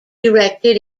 directed